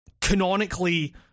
canonically